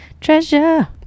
Treasure